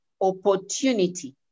opportunity